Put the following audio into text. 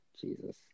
Jesus